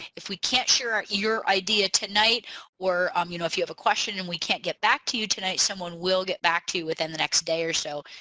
if we can't share your idea tonight or um you know if you have a question and we can't get back to you tonight someone will get back to you within the next day or so.